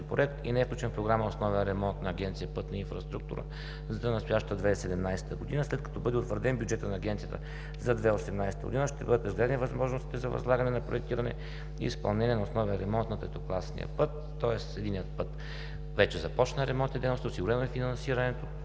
проект и не е включен в програма „Основен ремонт“ на Агенция „Пътна инфраструктура“ за настоящата 2017 г. След като бъде утвърден бюджетът на Агенцията за 2018 г. ще бъдат разгледани възможностите за възлагане на проектиране и изпълнение на основен ремонт на третокласния път. Тоест на единия път вече започнаха ремонтни дейности, осигурено е финансирането